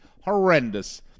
horrendous